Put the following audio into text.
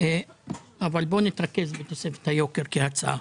אבל בואו נתרכז בתוספת היוקר כהצעה.